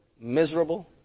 miserable